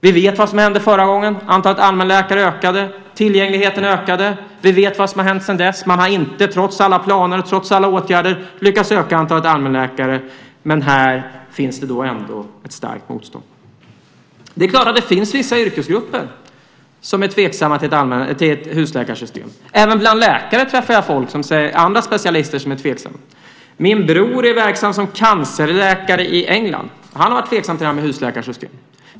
Vi vet vad som hände förra gången. Antalet allmänläkare ökade, och tillgängligheten ökade. Vi vet vad som har hänt sedan dess. Man har trots alla planer och alla åtgärder inte lyckats öka antalet allmänläkare. Men här finns ändå ett starkt motstånd. Det är klart att det finns yrkesgrupper som är tveksamma till ett husläkarsystem. Även bland läkare träffar jag andra specialister som är tveksamma. Min bror är verksam som cancerläkare i England. Han var tveksam till husläkarsystemet.